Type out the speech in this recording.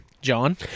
John